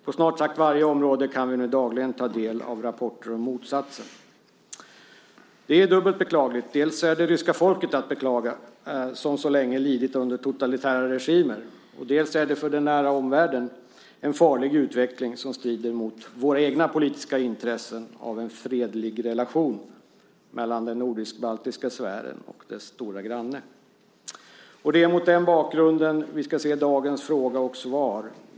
På snart sagt varje område kan vi nu dagligen ta del av rapporter om motsatsen. Det är dubbelt beklagligt. Dels är det ryska folket som så länge lidit under totalitära regimer att beklaga, dels är det för den nära omvärlden en farlig utveckling som strider mot våra egna politiska intressen av en fredlig relation mellan den nordisk-baltiska sfären och dess stora granne. Det är mot den bakgrunden vi ska se dagens fråga och svar.